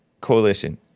coalition